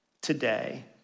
today